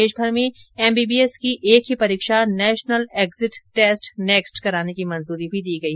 देशमर में M B B S की एक ही परीक्षा नेशनल एक्जिट टेस्ट नेक्स्ट कराने की मंजूरी भी दी गई